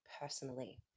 personally